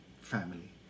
family